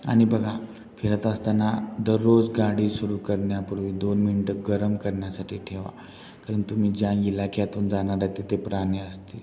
आणि बघा फिरत असताना दररोज गाडी सुरू करण्यापूर्वी दोन मिनटं गरम करण्यासाठी ठेवा कारण तुम्ही ज्या इलाख्यातून जाणार आहे तिथे प्राणी असतील